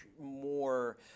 more